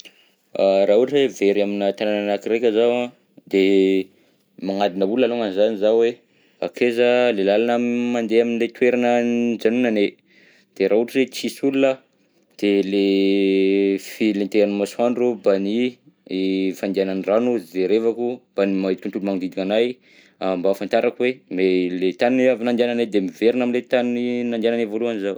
Raha ohatra hoe very aminà tanana anankiraika zaho an, de magnadina olona alongany zany zaho hoe akeza le lalàna m- mandeha am'le toerana nijanonanay, de raha ohatra hoe tsisy olona, de le filentehan'ny masoandro mbany fandihanan'ny rano jerevako, mbany ma- tontolo magnodidina anahy, mba ahafantarako hoe me- le tany avy nandihananay de miverina am'le tany nandihananay voalohany zaho.